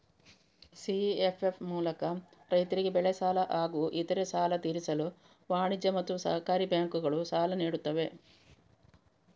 CFF ಮೂಲಕ ರೈತರಿಗೆ ಬೆಳೆ ಸಾಲ ಹಾಗೂ ಇತರೆ ಸಾಲ ತೀರಿಸಲು ವಾಣಿಜ್ಯ ಮತ್ತು ಸಹಕಾರಿ ಬ್ಯಾಂಕುಗಳು ಸಾಲ ನೀಡುತ್ತವೆ